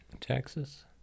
Texas